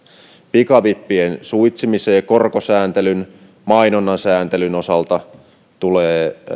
pikavippien suitsimiseen korkosääntelyn mainonnan sääntelyn osalta tulee